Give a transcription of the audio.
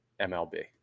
MLB